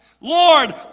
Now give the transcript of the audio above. Lord